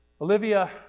Olivia